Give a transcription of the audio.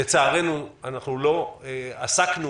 לצערנו כולנו עסקנו